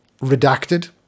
Redacted